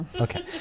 Okay